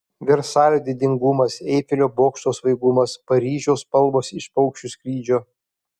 versalio didingumas eifelio bokšto svaigumas paryžiaus spalvos iš paukščių skrydžio